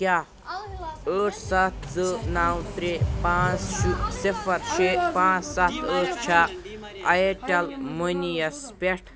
کیٛاہ ٲٹھ سَتھ زٕ نو ترٛےٚ پانٛژھ صِفر شیٚے پانٛژھ سَتھ ٲٹھ چھا اِیَرٹیٚل مٔنی یَس پٮ۪ٹھ؟